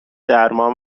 درمان